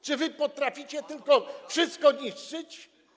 Czy wy potraficie tylko wszystko niszczyć?